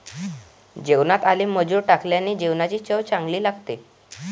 जेवणात आले मसूर टाकल्याने जेवणाची चव चांगली लागते